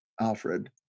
Alfred